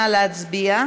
נא להצביע.